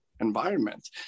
environment